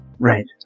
Right